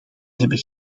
hebben